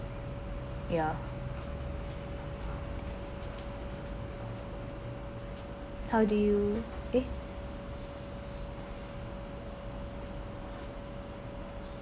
ya how do you eh